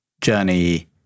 journey